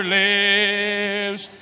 lives